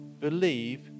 believe